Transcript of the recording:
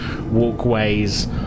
walkways